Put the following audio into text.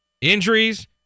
injuries